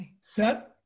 set